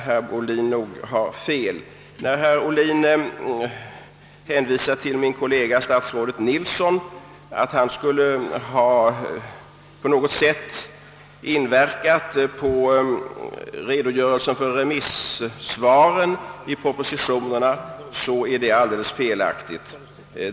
Herr Ohlin sade bl.a. att min kollega statsrådet Nilsson på något sätt skulle ha inverkat på redogörelsen för remissvaren i propositionerna. Det är helt felaktigt.